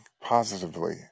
positively